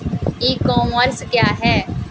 ई commerce क्या है?